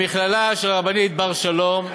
המכללה של הרבנית בר-שלום,